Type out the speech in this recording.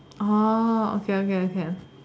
orh okay okay okay